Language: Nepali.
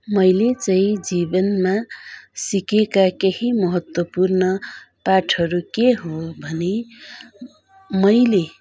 मैले चाहिँ जीवनमा सिकेका केही महत्त्वपूर्ण पाठहरू के हो भने मैले